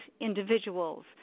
individuals